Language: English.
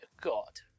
God